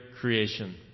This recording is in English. creation